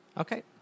Okay